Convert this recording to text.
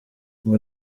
ngo